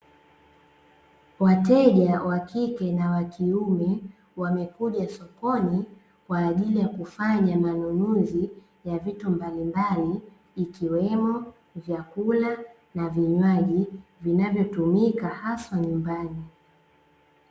Wateja wakike na wa kiume, wamekuja sokoni kwa ajili ya kufanya manunuzi ya vitu mbalimbali, ikiwemo; vyakula na vinywaji, vinavyotumika haswa nyumbani.